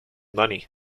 money